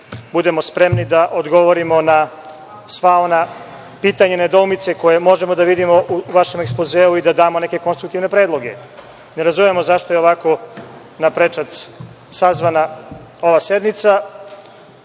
budemo spremni da odgovorimo na sva ona pitanja i nedoumice koje možemo da vidimo u vašem Ekspozeu i da damo neke konstruktivne predloge. Ne razumemo zašto je ovako na prečac sazvana ova sednica,